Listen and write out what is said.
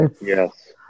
Yes